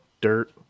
dirt